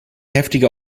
heftige